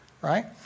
right